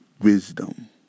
Wisdom